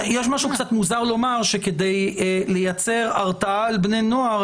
יש משהו קצת מוזר לומר שכדי לייצר הרתעה על בני נוער,